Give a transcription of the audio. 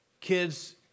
kids